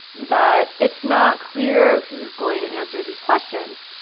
that it's not clear who's going to answer these questions.